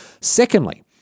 Secondly